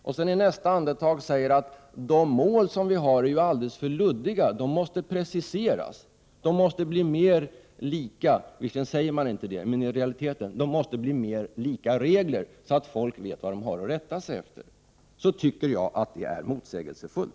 I nästa andetag säger man att de mål som vi har är alldeles för luddiga, de måste preciseras, de måste mer likna regler — visserligen säger man inte riktigt så, men det är meningen i realiteten — så att folk vet vad de har att rätta sig efter. Jag tycker att detta är motsägelsefullt.